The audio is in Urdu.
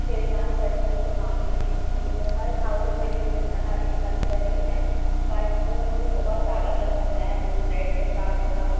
شیزوان چٹنی جو معمولی نہیں ہے جو ہر ہاؤزل میں نہیں ملتا ہے ایک لگزری ہے بٹ وہ مجھے بہت زیادہ پسند ہے وہ بریڈ کے ساتھ تھوڑا